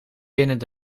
binnen